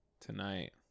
tonight